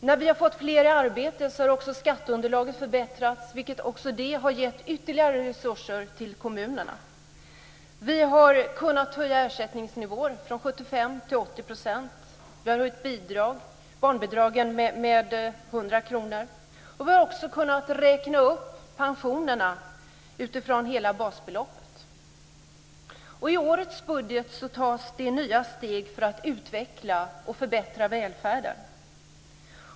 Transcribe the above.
När vi har fått fler i arbete har också skatteunderlaget förbättrats, vilket även det har gett ytterligare resurser till kommunerna. Vi har kunnat höja ersättningsnivåer från 75 % till 80 %. Vi har höjt barnbidragen med 100 kr. Och vi har också kunnat räkna upp pensionerna utifrån hela basbeloppet. I årets budget tas det nya steg för att utveckla och förbättra välfärden.